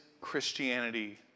Christianity